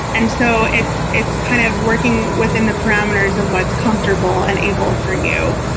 and so it's it's kind of working within the parameters of what's comfortable and able for you.